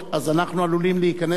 אנחנו עלולים להיכנס,